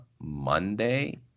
Monday